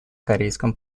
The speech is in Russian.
корейском